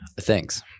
Thanks